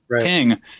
King